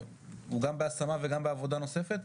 הוא גם בהשמה וגם בעבודה נוספת?